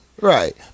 Right